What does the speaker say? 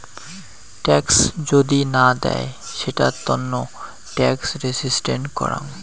tax যদি না দেয় সেটার তন্ন ট্যাক্স রেসিস্টেন্স করাং